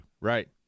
Right